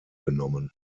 genommen